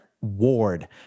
Ward